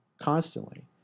constantly